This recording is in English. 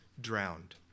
drowned